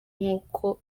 nk’uko